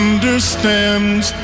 understands